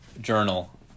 journal